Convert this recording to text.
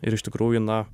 ir iš tikrųjų na